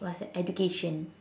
what's that education